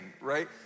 right